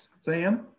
Sam